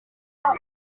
muri